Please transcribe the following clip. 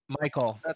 Michael